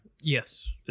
Yes